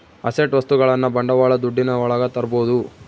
asset ವಸ್ತುಗಳನ್ನ ಬಂಡವಾಳ ದುಡ್ಡಿನ ಒಳಗ ತರ್ಬೋದು